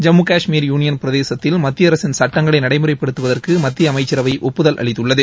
Jammu Kashmir union பிரதேசத்தில் மத்திய அரசின் சட்டங்களை நடைமுறைப்படுத்துவதற்கு மத்திய அமைச்சரவை ஒப்புதல் அளித்துள்ளது